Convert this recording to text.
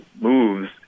moves